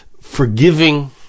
forgiving